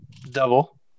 double